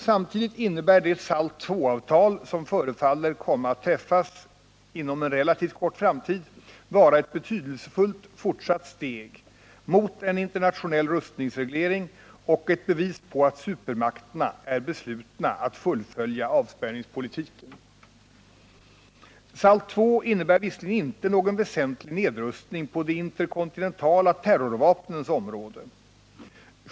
Samtidigt innebär det SALT II-avtal som förefaller komma att träffas inom en relativt kort framtid ett betydelsefullt fortsatt steg mot en internationell rustningsreglering och ett bevis på att supermakterna är beslutna att fullfölja avspänningspolitiken. SALT II innebär visserligen inte någon väsentlig nedrustning på de interkontinentala terrorvapnens område.